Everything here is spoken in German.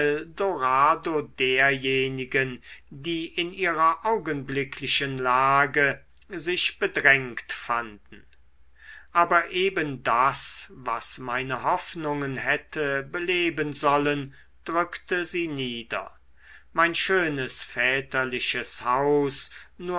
eldorado derjenigen die in ihrer augenblicklichen lage sich bedrängt fanden aber eben das was meine hoffnungen hätte beleben sollen drückte sie nieder mein schönes väterliches haus